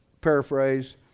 paraphrase